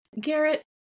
Garrett